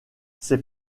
ses